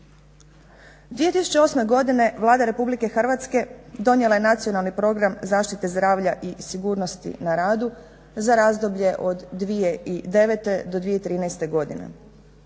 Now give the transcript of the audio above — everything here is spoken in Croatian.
2008. godine Vlada Republike Hrvatske donijela je Nacionalni program zaštite zdravlja i sigurnosti na radu za razdoblje od 2009. do 2013. godine,